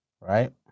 right